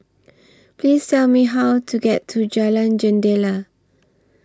Please Tell Me How to get to Jalan Jendela